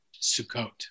Sukkot